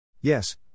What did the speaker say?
Yes